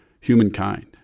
humankind